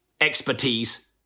expertise